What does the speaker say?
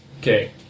Okay